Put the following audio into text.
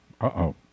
uh-oh